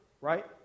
right